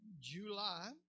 July